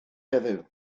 heddiw